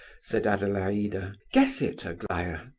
said adelaida. guess it, aglaya!